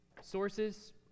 sources